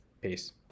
Peace